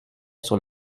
sur